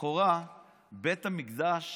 לכאורה בית המקדש